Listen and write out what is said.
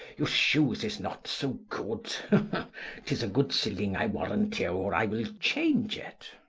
your shooes is not so good tis a good silling i warrant you, or i will change it.